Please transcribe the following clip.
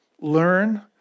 learn